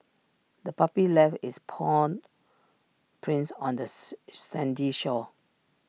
the puppy left its paw prints on the sandy shore